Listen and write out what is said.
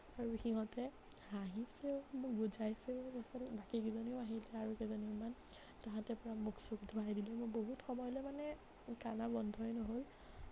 আৰু সিহঁতে হাঁহিছেও মোক বুজাইছেও বাকীকেইজনীও আহিল আৰু কেইজনীমান তাহাঁতে পূৰা মুখ চুখ ধুৱাই দিলে মই বহুত সময়লৈ মানে কান্দা বন্ধই নহ'ল